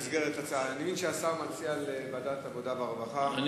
מבין שהשר מציע לוועדת העבודה והרווחה,